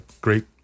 great